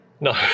No